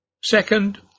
Second